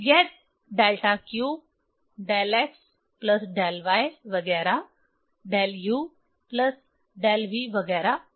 यह delta q del x plus del y वगैरह del u plus del v वगैरह होगा